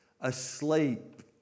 asleep